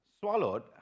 swallowed